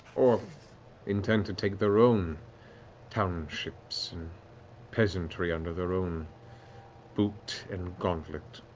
or intend to take their own townships and peasantry under their own boot and gauntlet.